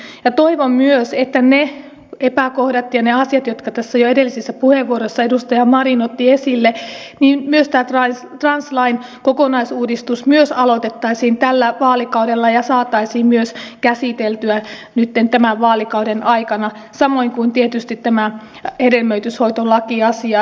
ja toivon myös että ne epäkohdat ja ne asiat jotka tässä jo edellisessä puheenvuorossa edustaja marin otti esille tämä translain kokonaisuudistus myös aloitettaisiin tällä vaalikaudella ja saataisiin myös käsiteltyä nyt tämän vaalikauden aikana samoin kuin tietysti tämä hedelmöityshoitolakiasia